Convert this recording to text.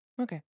Okay